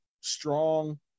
strong